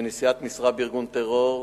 בנשיאת משרה בארגון טרור.